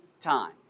time